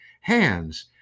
hands